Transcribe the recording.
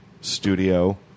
studio